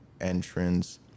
entrance